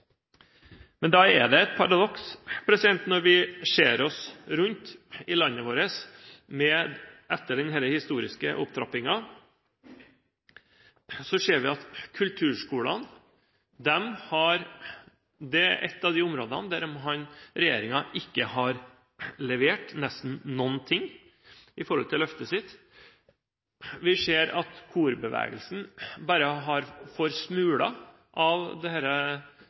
Men da er det et paradoks når vi ser oss rundt i landet vårt. Etter denne historiske opptrappingen ser vi at kulturskolene er et av de områdene der regjeringen nesten ikke har levert noen ting i forhold til løftet sitt. Vi ser at korbevegelsen bare får smuler av